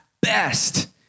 best